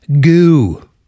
goo